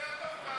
יותר טוב ככה.